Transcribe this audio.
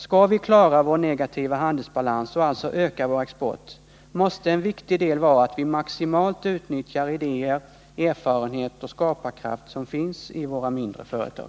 Skall vi klara av vår negativa handelsbalans och alltså öka vår export, måste en viktig del vara att vi maximalt utnyttjar idéer, erfarenhet och skaparkraft som finns i våra mindre företag.